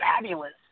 fabulous